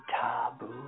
taboo